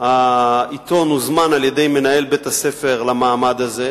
העיתון הוזמן על-ידי מנהל בית-הספר למעמד הזה,